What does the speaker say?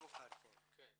(מדבר באמהרית) אני מתרגם את דבריו: אחרי